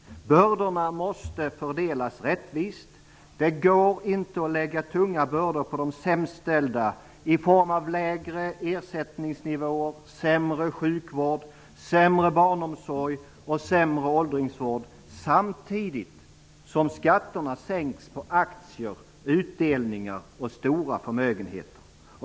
Bördorna måste fördelas rättvist. Det går inte att lägga tunga bördor på de sämst ställda i form av lägre ersättningsnivåer, sämre sjukvård, sämre barnomsorg och sämre åldringsvård samtidigt som skatterna sänks på aktier, utdelningar och stora förmögenheter.